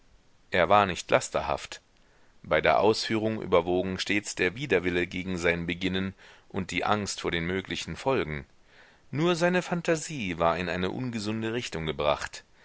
er war nicht lasterhaft bei der ausführung überwogen stets der widerwille gegen sein beginnen und die angst vor den möglichen folgen nur seine phantasie war in eine ungesunde richtung gebracht